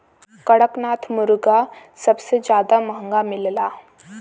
कड़कनाथ मुरगा सबसे जादा महंगा मिलला